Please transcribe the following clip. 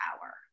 power